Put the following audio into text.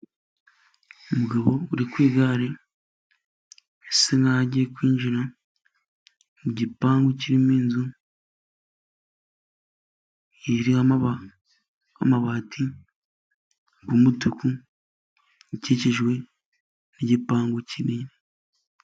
Umugabo uri ku igare asa nk' aho agiye kwinjira mu gipangu kirimo inzu, iriho amabati y'umutuku, ikikijwe n'igipangu kinini.